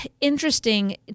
interesting